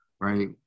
right